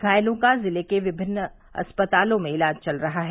घायलों का ज़िले के विभिन्न अस्पतालों में इलाज चल रहा है